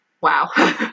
Wow